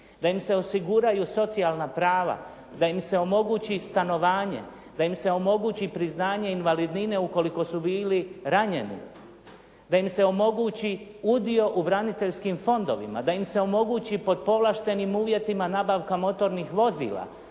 da im se osiguraju socijalna prava, da im se omogući stanovanje, da im se omogući priznanje invalidnine ukoliko su bili ranjeni, da im se omogući udio u braniteljskim fondovima, da im se omogući pod povlaštenim uvjetima nabavka motornih vozila,